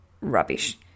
rubbish